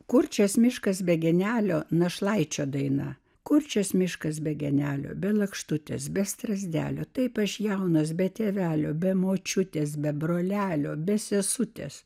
kurčias miškas be genelio našlaičio dainą kurčias miškas be genelio be lakštutės be strazdelio taip aš jaunas be tėvelių be močiutės be brolelio be sesutės